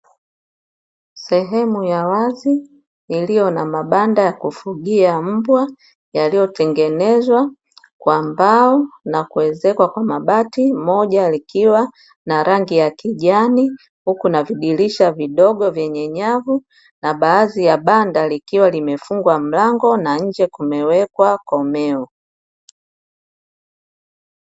Sehemu ya wazi iliyo na mabanda ya kufugia mbwa yaliyotengenezwa kwa mbao nakuezekwa kwa mabati, moja likiwa na rangi ya kijani huku na vidirisha vidogo vyenye nyavu na baadhi ya banda likiwa limefungwa mlango na nje kumewekwa komeo.